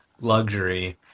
luxury